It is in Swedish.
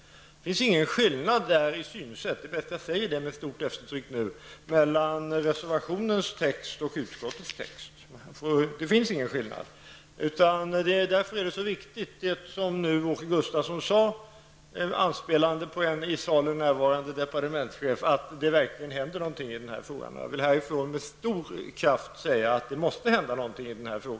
Det finns ingen skillnad i synsätt mellan texten i reservationen och utskottets text. Det säger jag med stort eftertryck. Därför är det så viktigt det Åke Gustavsson sade, anspelande på en i salen närvarande departementschef, att det verkligen händer något i den här frågan. Jag vill med stor kraft säga att det måste hända något i den.